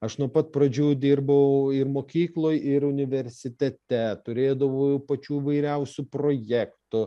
aš nuo pat pradžių dirbau ir mokykloj ir universitete turėdavau pačių įvairiausių projektų